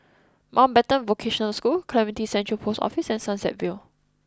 Mountbatten Vocational School Clementi Central Post Office and Sunset Vale